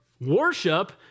worship